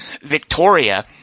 Victoria